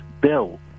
bill